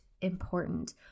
important